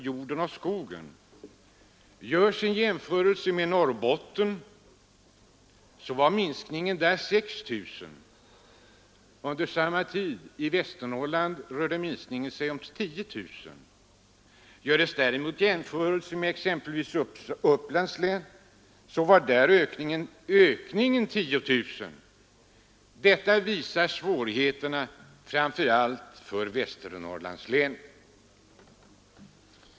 Jorden och skogen noterade den största nedgången. Norrbotten visar under samma tid en minskning med 6 000. I Upplands län hade man däremot en ökning med 10 000 människor. Detta visar svårigheterna för framför allt Västernorrlands län.